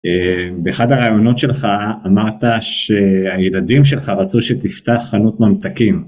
באחד הראיונות שלך אמרת שהילדים שלך רצו שתפתח חנות ממתקים.